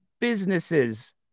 businesses